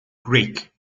greek